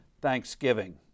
Thanksgiving